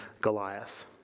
Goliath